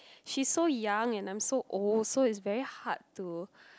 she's so young and I'm so old so it's very hard to